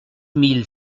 mille